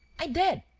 i did.